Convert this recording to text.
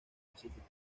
pacífico